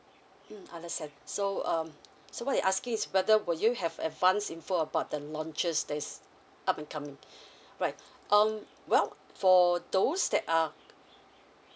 mm understand so um so what you are asking is whether will you have advance info about the launches there's uh up and coming right um well for those that are